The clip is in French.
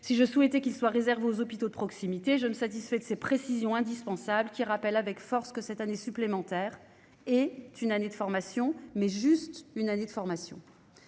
si je souhaitais qu'il soit réserve aux hôpitaux de proximité, je me satisfait de ces précisions indispensables qui rappelle avec force que cette année supplémentaire et une année de formation mais juste une année de formation